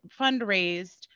fundraised